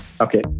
Okay